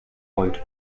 wollt